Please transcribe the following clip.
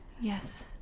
Yes